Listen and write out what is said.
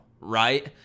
right